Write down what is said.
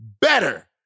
better